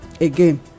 again